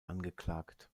angeklagt